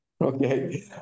Okay